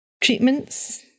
treatments